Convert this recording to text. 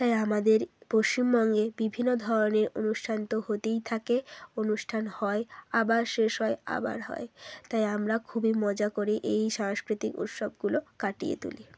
তাই আমাদের পশ্চিমবঙ্গে বিভিন্ন ধরনের অনুষ্ঠান তো হতেই থাকে অনুষ্ঠান হয় আবার শেষ হয় আবার হয় তাই আমরা খুবই মজা করে এই সাংস্কৃতিক উৎসবগুলো কাটিয়ে তুলি